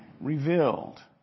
revealed